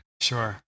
Sure